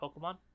Pokemon